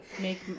Make